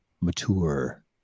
mature